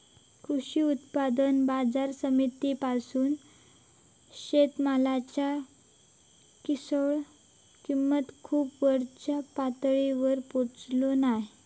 कृषी उत्पन्न बाजार समितीपासून शेतमालाच्या किरकोळ किंमती खूप वरच्या पातळीवर पोचत नाय